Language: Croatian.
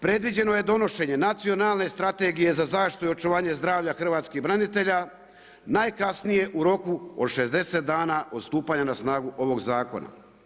Predviđeno je donošenje nacionalne strategije za zaštitu i očuvanje zdravlja hrvatskih branitelja, najkasnije u roku od 60 dana od stupanja na snagu ovog zakona.